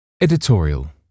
Editorial